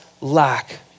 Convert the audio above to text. lack